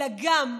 אלא גם,